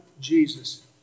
Jesus